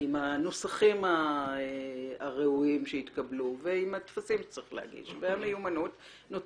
עם הנוסחים הראויים שהתקבלו והטפסים שצריך להגיש והמיומנות הנדרשת,